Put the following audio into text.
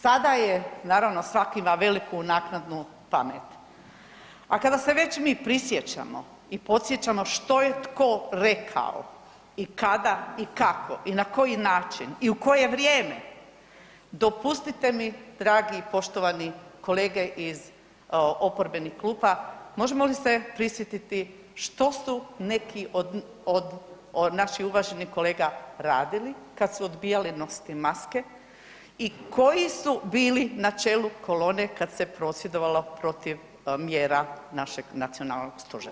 Sada je naravno svak ima veliku naknadnu pamet, a kada se već mi prisjećamo i podsjećamo što je tko rekao i kada i kako i na koji način i u koje vrijeme dopustite mi dragi poštovani kolege iz oporbenih klupa možemo li se prisjetiti što su neki od naših uvaženih kolega radili kad su odbijali nositi maske i koji su bili na čelu kolone kad se prosvjedovalo protiv mjera našeg nacionalnog stožera.